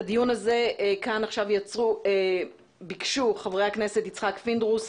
את הדיון הזה ביקשו חברי הכנסת יצחק פינדרוס,